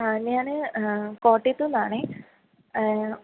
ആ ഞാൻ അ കോട്ടയത്ത് നിന്നാണ്